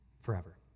forever